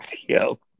Yo